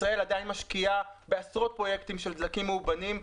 ישראל עדיין משקיעה בעשרות פרויקטים של דלקים מאובנים.